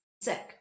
sick